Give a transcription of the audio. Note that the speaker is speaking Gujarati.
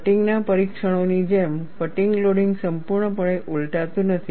ફટીગ ના પરીક્ષણોની જેમ ફટીગ લોડિંગ સંપૂર્ણપણે ઉલટાતું નથી